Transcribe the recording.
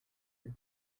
vue